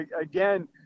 again